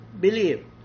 believe